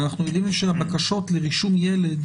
אבל אנחנו יודעים שהבקשות לרישום ילד,